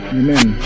amen